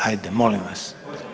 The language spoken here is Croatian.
Hajde molim vas!